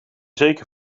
zeker